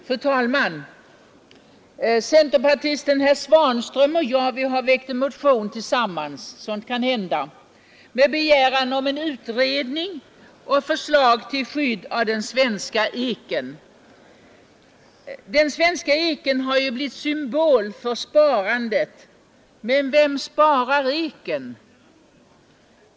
Fru talman! Centerpartisten herr Svanström och jag har väckt en motion tillsammans — sådant kan hända — med begäran om en utredning Den svenska eken har blivit symbol för sparandet, men vem sparar eken?